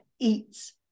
eats